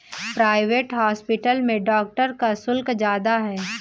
private hospital में doctor का शुल्क ज्यादा है